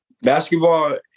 Basketball